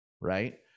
right